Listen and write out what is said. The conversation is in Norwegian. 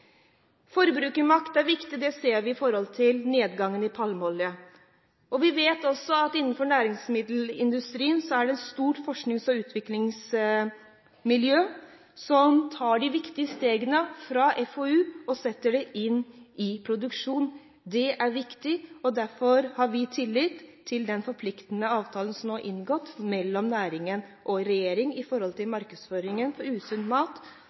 Forbrukermakt er viktig, og det ser vi på nedgangen i bruken av palmeolje. Vi vet også at det innenfor næringsmiddelindustrien er et stort forsknings- og utviklingsmiljø som tar de viktige stegene, fra FoU og inn i produksjon. Det er viktig, og derfor har vi tillit til den forpliktende avtalen som nå er inngått mellom næringen og regjeringen med tanke på markedsføringen av usunn mat